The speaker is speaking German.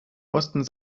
osten